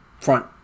front